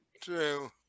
True